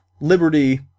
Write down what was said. liberty